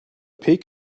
peak